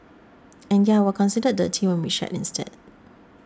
and yeah we're considered dirty when we shed instead